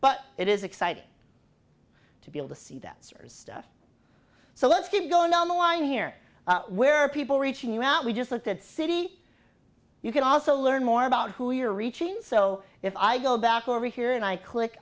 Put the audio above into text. but it is exciting to be able to see that servers stuff so let's keep going down the line here where people reaching you out we just looked at city you can also learn more about who you are reaching in so if i go back over here and i click